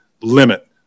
limit